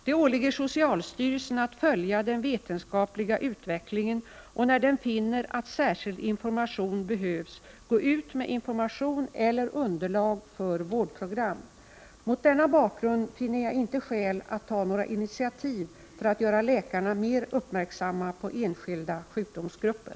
Det åligger socialstyrelsen att följa den vetenskapliga utvecklingen och — när den finner att särskild information behövs — gå ut med information eller underlag för vårdprogram. Mot denna bakgrund finner jag inte skäl att ta några initiativ för att göra läkarna mer uppmärksamma på enskilda sjukdomsgrupper.